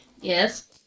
Yes